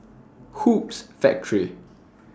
Hoops Factory